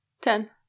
Ten